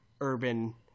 urban